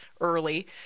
early